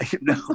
no